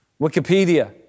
Wikipedia